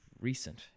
recent